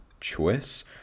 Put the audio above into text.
choice